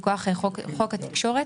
מכוח חוק התקשורת,